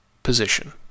position